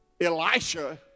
Elisha